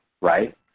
right